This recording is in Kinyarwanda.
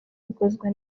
bikozwe